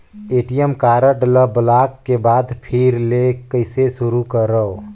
ATM card ल block के बाद फिर ले कइसे शुरू करव?